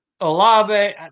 Olave